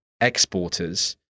exporters